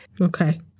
Okay